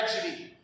tragedy